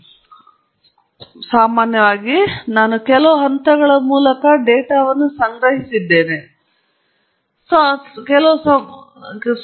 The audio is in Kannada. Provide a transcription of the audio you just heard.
ಆದ್ದರಿಂದ ಒಮ್ಮೆ ನಾನು ಡೇಟಾವನ್ನು ಹೊಂದಿದ್ದೇನೆ ಸಾಮಾನ್ಯವಾಗಿ ನಾನು ಕೆಲವು ಹಂತಗಳ ಮೂಲಕ ಅದನ್ನು ಹಾಕಿದ್ದೇನೆ ಮತ್ತು ಸ್ವಲ್ಪ ಸಮಯದ ನಂತರ ನಾವು ಅದರ ಕುರಿತು ಮಾತನಾಡುತ್ತೇವೆ